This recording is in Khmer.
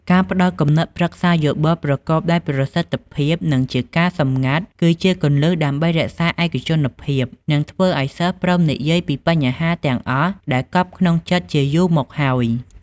ការផ្តល់គំនិតប្រឹក្សាយោបល់ប្រកបដោយប្រសិទ្ធភាពនិងជាការសម្ងាត់គឺជាគន្លឹះដើម្បីរក្សាឯកជនភាព និងធ្វើឱ្យសិស្សព្រមនិយាយពីបញ្ហាទាំងអស់ដែលកប់ក្នុងចិត្តជាយូរមកហើយ។